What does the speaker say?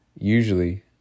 Usually